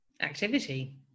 activity